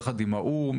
יחד עם האו"ם?